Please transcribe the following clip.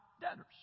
debtors